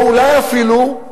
או אולי אפילו,